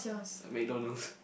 McDonald's